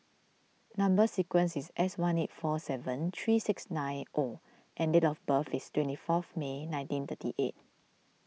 Number Sequence is S one eight four seven three six nine O and date of birth is twenty fourth May nineteen thirty eight